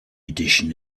edition